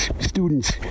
students